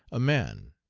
a man.